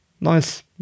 Nice